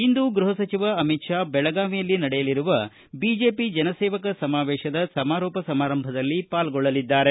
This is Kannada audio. ಇಂದು ಗೃಪ ಸಚಿವ ಅಮಿತ ಶಾ ಬೆಳಗಾವಿಯಲ್ಲಿ ನಡೆಯುವ ಬಿಜೆಪಿ ಜನಸೇವಕ ಸಮಾವೇಶದ ಸಮಾರೋಪ ಸಮಾರಂಭದಲ್ಲಿ ಪಾಲ್ಗೊಳ್ಳಲಿದ್ದಾರೆ